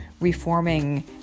reforming